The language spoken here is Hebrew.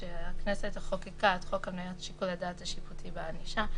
כשהכנסת חוקקה את חוק שיקול הדעת השיפוטי והענישה,